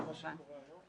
כמובן.